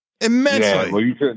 Immensely